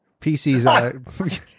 PCs